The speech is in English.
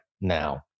now